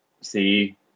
see